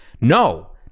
no